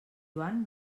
joan